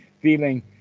feeling